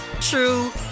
true